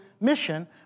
mission